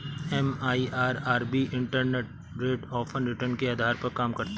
MIRR भी internal rate of return के आधार पर काम करता है